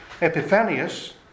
Epiphanius